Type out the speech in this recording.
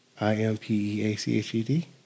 I-M-P-E-A-C-H-E-D